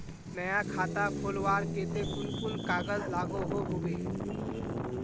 नया खाता खोलवार केते कुन कुन कागज लागोहो होबे?